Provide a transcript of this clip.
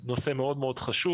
זה נושא מאוד מאוד חשוב.